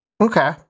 Okay